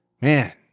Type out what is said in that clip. Man